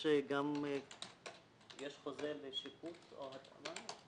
יש גם חוזה לשיפוץ או התאמה?